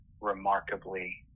remarkably